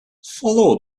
follow